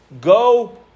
Go